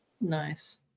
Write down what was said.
Nice